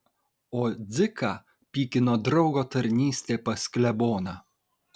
o dziką pykino draugo tarnystė pas kleboną